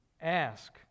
Ask